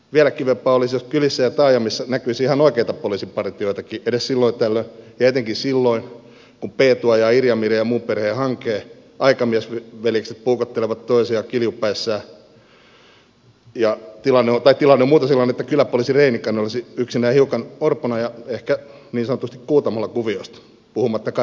vielä kivempaa olisi jos kylissä ja taajamissa näkyisi ihan oikeita poliisipartioitakin edes silloin tällöin ja etenkin silloin kun peetu ajaa irja mirjan ja muun perheen hankeen aikamiesveljekset puukottelevat toisiaan kiljupäissään tai tilanne on muuten sellainen että kyläpoliisi reinikainen olisi yksinään hiukan orpona ja ehkä niin sanotusti kuutamolla kuvioista puhumattakaan reinikaisen omasta turvallisuudesta